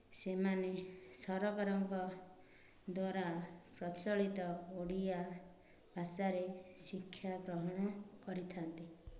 ସେମାନେ ସରକାରଙ୍କ ଦ୍ଵାରା ପ୍ରଚଳିତ ଓଡ଼ିଆ ଭାଷାରେ ଶିକ୍ଷା ଗ୍ରହଣ କରିଥା'ନ୍ତି